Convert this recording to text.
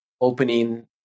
opening